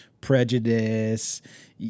prejudice